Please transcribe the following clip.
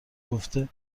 گفته